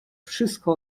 wszystko